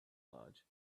large